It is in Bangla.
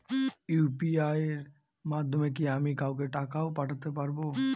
ইউ.পি.আই এর মাধ্যমে কি আমি কাউকে টাকা ও পাঠাতে পারবো?